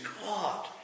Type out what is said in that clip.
God